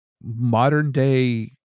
modern-day